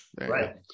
Right